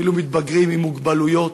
אפילו מתבגרים, עם מוגבלות,